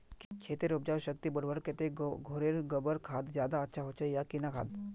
खेतेर उपजाऊ शक्ति बढ़वार केते घोरेर गबर खाद ज्यादा अच्छा होचे या किना खाद?